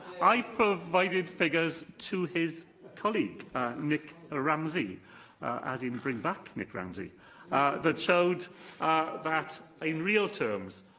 i provided figures to his colleague nick ah ramsay as in, bring back nick ramsay that showed that, in real terms,